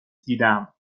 دیدم